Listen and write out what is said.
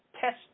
test